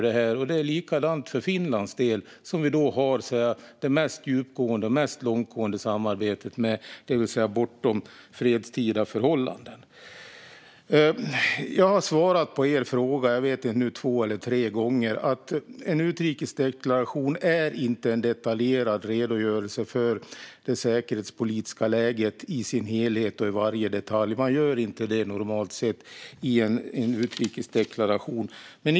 Det är likadant för Finland, som vi har det mest djupgående och långtgående samarbetet med, det vill säga bortom fredstida förhållanden. Jag har svarat på frågan två eller tre gånger nu. En utrikesdeklaration är inte i sin helhet och i varje detalj en detaljerad redogörelse för det säkerhetspolitiska läget. Det har man normalt sett inte i en utrikesdeklaration.